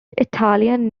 italian